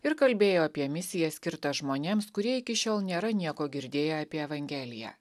ir kalbėjo apie misiją skirtą žmonėms kurie iki šiol nėra nieko girdėję apie evangeliją